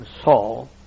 Saul